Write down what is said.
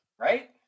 Right